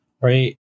right